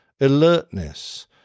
alertness